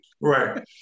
Right